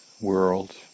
world